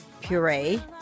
puree